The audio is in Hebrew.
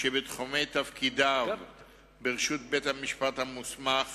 שבתחומי תפקידו ברשות בית-המשפט המוסמך